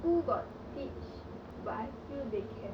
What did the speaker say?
school got teach but I feel they can